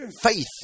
Faith